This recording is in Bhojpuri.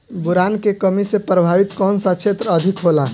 बोरान के कमी से प्रभावित कौन सा क्षेत्र अधिक होला?